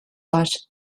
var